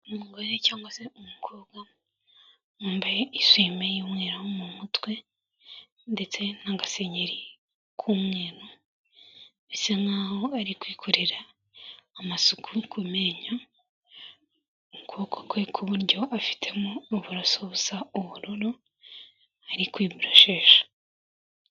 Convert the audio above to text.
Umugore cyangwa se umukobwa, wambaye iswime y'umweru mu mutwe ndetse n'agasengeri bisa nkaho ari kwikorera amasuku ku menyo, ukuboko kwe kw'iburyo afitemo uburoso busa ubururu, ari kwiboroshesha.